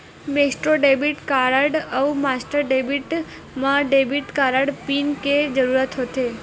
Maestro debit card अउ Master debit म debit card PIN के जरूरत होथे